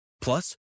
Plus